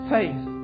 Faith